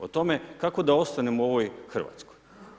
O tome kako da ostanem u ovoj Hrvatskoj?